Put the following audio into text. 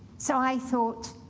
so i thought,